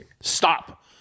Stop